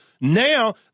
Now